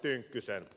tynkkynen